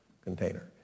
container